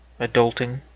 adulting